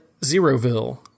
Zeroville